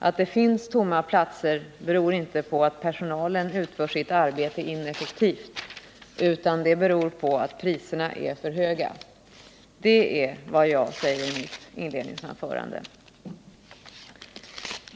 Att det finns tomma platser beror inte på att personalen utför sitt arbete ineffektivt, utan det beror på att priserna är för höga. Det var vad jag sade i mitt inledningsanförande.